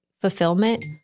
fulfillment